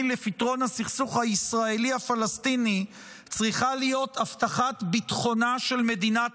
לפתרון הסכסוך הישראלי-הפלסטיני צריכה להיות הבטחת ביטחונה של מדינת